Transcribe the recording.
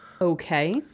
Okay